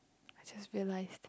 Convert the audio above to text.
I just realised